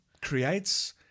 creates